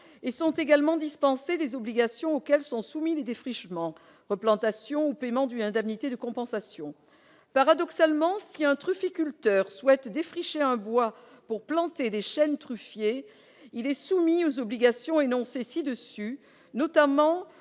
et sont également dispensées des obligations auxquelles sont soumis les défrichements, comme des replantations ou le paiement d'une indemnité de compensation. Paradoxalement, si un trufficulteur souhaite défricher un bois pour planter des chênes truffiers, il est soumis aux obligations énoncées ci-dessus, notamment